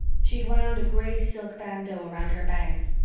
she'd wound a gray silk bandeau around her bangs.